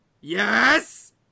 Yes